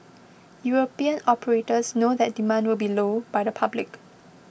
European operators know that demand will be low by the public